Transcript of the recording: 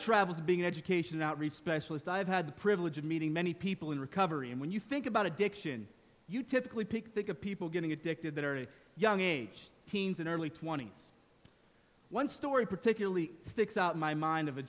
travels being an education outreach specialist i have had the privilege of meeting many people in recovery and when you think about addiction you typically pick think of people getting addicted that are a young age teens and early twenty's one story particularly sticks out in my mind of a